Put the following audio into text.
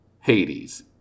Hades